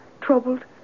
Troubled